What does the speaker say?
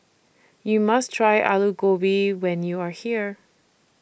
YOU must Try Alu Gobi when YOU Are here